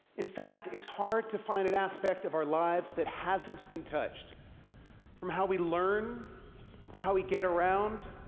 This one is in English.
in fact, it's hard to find an aspect of our lives that hasn't been touched from how we learn to how we get around,